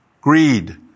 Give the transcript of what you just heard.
greed